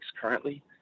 currently